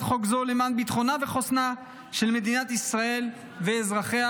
חוק זו למען ביטחונה וחוסנה של מדינת ישראל ואזרחיה.